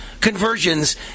conversions